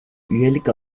üyelik